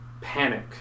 panic